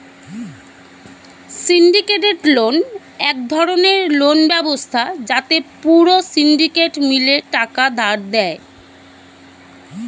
syndicated loan এক ধরণের loan ব্যবস্থা যাতে পুরো সিন্ডিকেট মিলে টাকা ধার দেয়